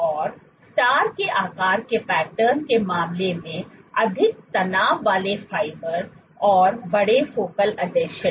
और स्टार के आकार के पैटर्न के मामले में अधिक तनाव वाले फाइबर और बड़े फोकल आसंजन